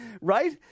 Right